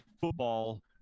football